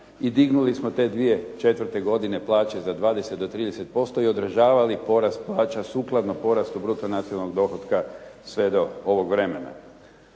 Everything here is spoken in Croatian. i dignuli smo te 2004. godine plaće za 20 do 30% i održavali porast plaća sukladno porastu bruto nacionalnog dohotka sve do ovog vremena.